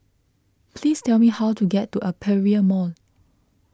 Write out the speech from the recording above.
please tell me how to get to Aperia Mall